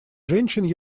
женщин